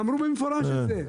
אמרו במפורש את זה.